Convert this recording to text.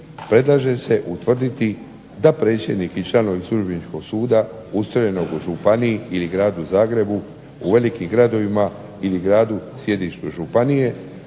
predlaže se utvrditi da predsjednik i članovi službeničkog suda ustrojenog u županiji ili Gradu Zagrebu, u velikim gradovima ili gradu sjedištu županije